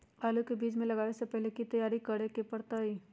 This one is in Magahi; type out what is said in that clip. आलू के बीज के लगाबे से पहिले की की तैयारी करे के परतई?